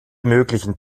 möglichen